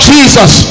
Jesus